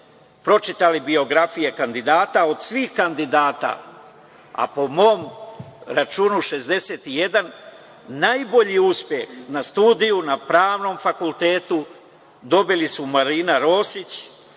pročitali biografije kandidata od svih kandidata, a po mom računu od 61 najbolji uspeh na studijama na pravnom fakultetu dobili su Marina Rosić,